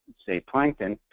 say plankton.